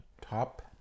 Top